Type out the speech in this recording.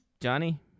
Johnny